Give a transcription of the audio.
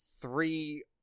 three